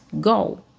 go